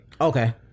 Okay